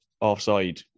offside